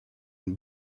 une